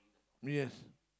yes